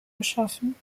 geschaffen